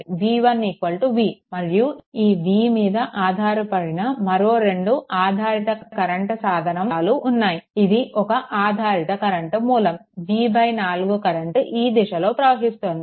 v1 v మరియు ఈ v మీద ఆధారపడిన మరో రెండు ఆధారిత కరెంట్ సాధనాలు ఉన్నాయి ఇది ఒక ఆధారిత కరెంట్ మూలం v4 కరెంట్ ఈ దిశలో ప్రవహిస్తోంది